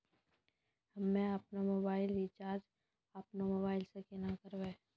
हम्मे आपनौ mobile recharge आपनौ मोबाइल से केना करवै?